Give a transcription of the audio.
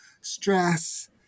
stress